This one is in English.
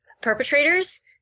perpetrators